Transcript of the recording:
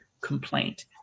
complaint